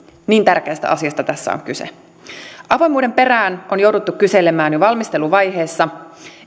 niin tärkeästä asiasta tässä on kyse avoimuuden perään on jouduttu kyselemään jo valmisteluvaiheessa